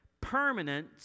permanent